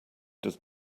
does